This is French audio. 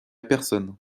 personne